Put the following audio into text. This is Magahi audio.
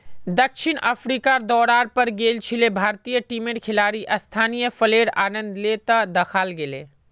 दक्षिण अफ्रीकार दौरार पर गेल छिले भारतीय टीमेर खिलाड़ी स्थानीय फलेर आनंद ले त दखाल गेले